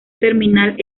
terminal